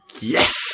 Yes